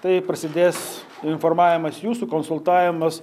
tai prasidės informavimas jūsų konsultavimas